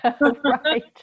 Right